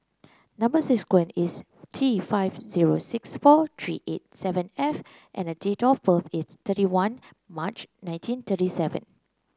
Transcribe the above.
number sequence is T five zero six four three eight seven F and date of birth is thirty one March nineteen thirty seven